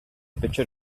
picture